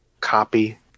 copy